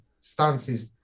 stances